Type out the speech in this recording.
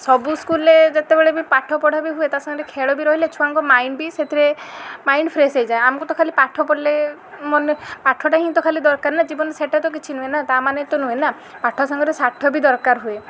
ସବୁ ସ୍କୁଲରେ ଯେତେବେଳେ ବି ପାଠପଢ଼ା ବି ହୁଏ ତା'ସାଙ୍ଗରେ ଖେଳ ବି ରହିଲେ ଛୁଆଙ୍କ ମାଇଣ୍ଡ ବି ସେଥିରେ ମାଇଣ୍ଡ ଫ୍ରେସ୍ ହେଇଯାଏ ଆମକୁ ତ ଖାଲି ପାଠ ପଢ଼ିଲେ ମନେ ପାଠଟା ହିଁ ତ ଦରକାର ନା ଜୀବନ ସେଟା ତ କିଛି ନୁହେଁ ନା ତା'ମାନେ ତ ନୁହେଁ ନା ପାଠ ସାଙ୍ଗରେ ସାଠ ବି ଦରକାର ହୁଏ